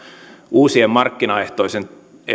uusien markkinaehtoisten